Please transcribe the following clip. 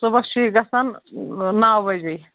صُبحَس چھُ یہِ گژھان نَو بَجے